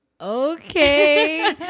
okay